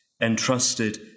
entrusted